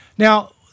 Now